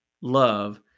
love